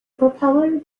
propeller